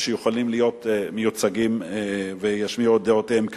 הם יכולים להיות מיוצגים וישמיעו את דעותיהם כאן.